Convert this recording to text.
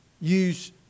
use